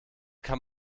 kann